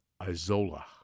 Isola